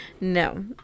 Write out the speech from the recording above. No